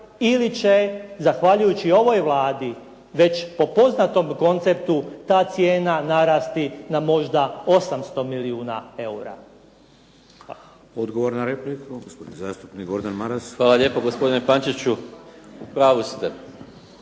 ili će zahvaljujući ovoj Vladi već po poznatom konceptu ta cijena narasti na možda 800 milijuna eura.